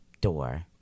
door